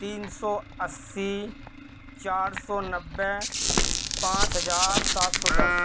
تین سو اسی چار سو نبے پانچ ہزار سات سو دس